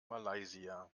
malaysia